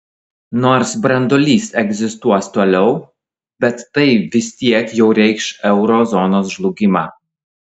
nors branduolys egzistuos toliau bet tai vis tiek jau reikš euro zonos žlugimą